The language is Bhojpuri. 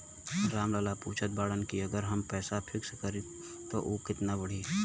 राम लाल पूछत बड़न की अगर हम पैसा फिक्स करीला त ऊ कितना बड़ी?